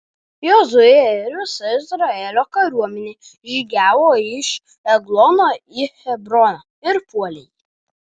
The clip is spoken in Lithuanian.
jozuė ir visa izraelio kariuomenė žygiavo iš eglono į hebroną ir puolė jį